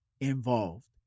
involved